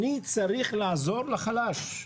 אני צריך לעזור לחלש.